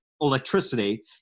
electricity